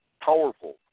powerful